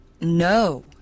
No